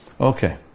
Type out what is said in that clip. Okay